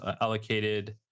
allocated